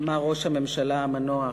אמר ראש הממשלה המנוח,